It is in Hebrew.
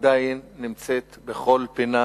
עדיין נמצאת בכל פינה